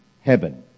heaven